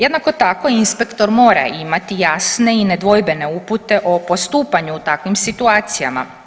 Jednako tako inspektor mora imati jasne i nedvojbene upute o postupanju u takvim situacijama.